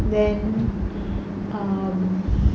then um